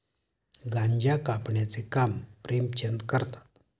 गांजा कापण्याचे काम प्रेमचंद करतात